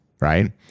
right